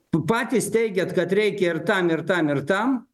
p patys teigiat kad reikia ir tam ir tam ir tam